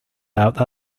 out